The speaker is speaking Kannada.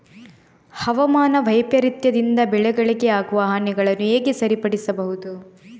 ಹವಾಮಾನ ವೈಪರೀತ್ಯದಿಂದ ಬೆಳೆಗಳಿಗೆ ಆಗುವ ಹಾನಿಗಳನ್ನು ಹೇಗೆ ಸರಿಪಡಿಸಬಹುದು?